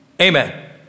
Amen